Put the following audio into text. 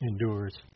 endures